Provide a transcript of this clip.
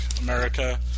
America